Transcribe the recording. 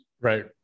Right